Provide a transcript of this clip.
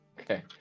Okay